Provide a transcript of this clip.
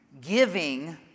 giving